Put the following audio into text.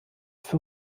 für